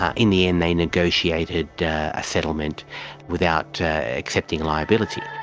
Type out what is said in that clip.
ah in the end they negotiated a settlement without accepting liability.